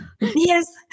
Yes